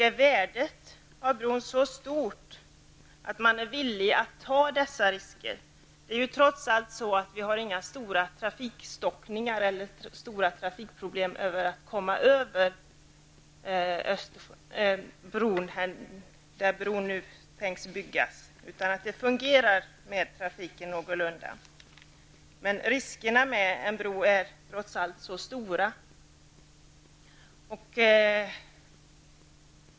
Är värdet av bron så stort att man är villig att ta dessa risker? Det finns trots allt inga trafikstockningar eller stora problem för trafiken att komma över Öresund där man nu tänker bygga bron, utan det fungerar någorlunda. Riskerna med en bro är trots allt stora.